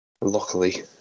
Luckily